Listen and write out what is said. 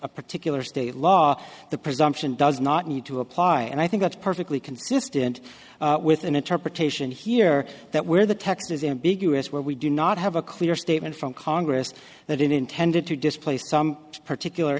a particular state law the presumption does not need to apply and i think that's perfectly consistent with an interpretation here that where the text is ambiguous where we do not have a clear statement from congress that it intended to display some particular